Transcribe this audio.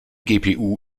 gpu